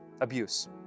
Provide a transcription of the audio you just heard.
abuse